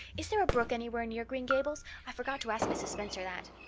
is there a brook anywhere near green gables? i forgot to ask mrs. spencer that.